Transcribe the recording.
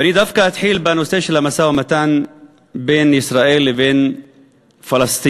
אני אתחיל דווקא בנושא של המשא-ומתן בין ישראל לבין פלסטין.